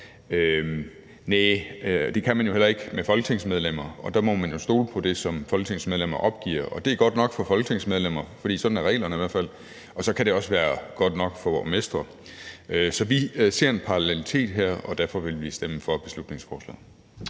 Næh, men det kan man jo heller ikke med hensyn til folketingsmedlemmer, og der må man jo stole på det, som folketingsmedlemmer opgiver. Det er godt nok for folketingsmedlemmer, for sådan er reglerne i hvert fald, og så kan det også være godt nok for borgmestre. Så vi ser en parallelitet her, og derfor vil vi stemme for beslutningsforslaget.